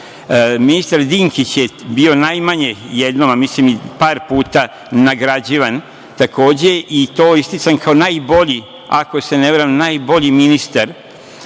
Dinkić je bio najmanje jednom, a mislim i par puta nagrađivan. Takođe i to istican kao najbolji ministar, ako se ne varam, najbolji ministar